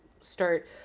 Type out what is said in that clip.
start